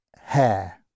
hair